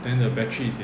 then the battery is